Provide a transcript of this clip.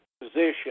position